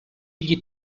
gli